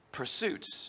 pursuits